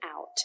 out